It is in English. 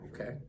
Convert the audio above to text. Okay